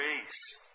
grace